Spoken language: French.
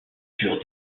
furent